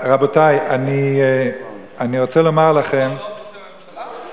רבותי, אני רוצה לומר לכם, לא, לא קשור לממשלה,